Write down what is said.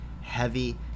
heavy